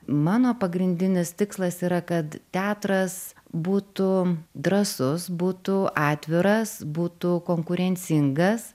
mano pagrindinis tikslas yra kad teatras būtų drąsus būtų atviras būtų konkurencingas